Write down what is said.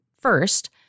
first